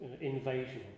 invasion